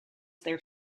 their